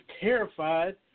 terrified